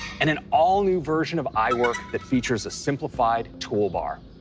and an all-new version of iwork that features a simplified toolbar.